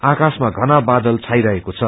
आक्रशमा घना बादल छाइरहेको छ